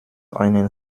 einen